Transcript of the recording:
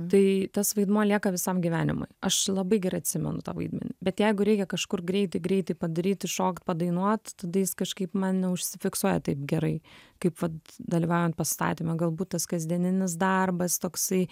tai tas vaidmuo lieka visam gyvenimui aš labai gerai atsimenu tą vaidmenį bet jeigu reikia kažkur greitai greitai padaryt įšokt padainuot tada jis kažkaip man neužsifiksuoja taip gerai kaip vat dalyvaujat pastatyme galbūt tas kasdieninis darbas toksai